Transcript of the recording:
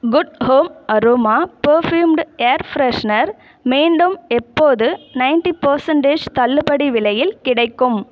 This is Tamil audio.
good Home aroma perfumed air freshener மீண்டும் எப்போது நைன்டி பர்சன்டேஜ் தள்ளுபடி விலையில் கிடைக்கும்